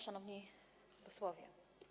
Szanowni Posłowie!